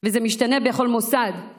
וזה משתנה בכל מוסד,